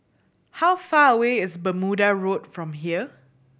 how far away is Bermuda Road from here